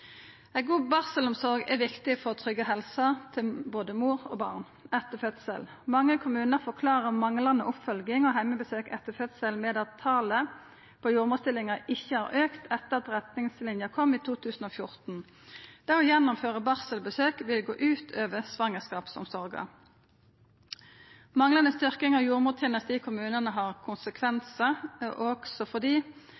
Ei god barselomsorg er viktig for å tryggja helsa til både mor og barn etter fødsel. Mange kommunar forklarer manglande oppfølging og heimebesøk etter fødsel med at talet på jordmorstillingar ikkje har auka etter at retningslinja kom i 2014. Det å gjennomføra barselbesøk vil gå ut over svangerskapsomsorga. Manglande styrking av jordmortenesta i kommunane har